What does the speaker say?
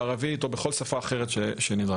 בערבית או בכול שפה אחרת שנדרש.